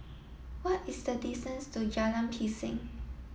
what is the distance to Jalan Pisang